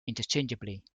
interchangeably